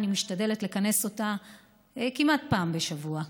אני משתדלת לכנס אותה כמעט פעם בשבוע,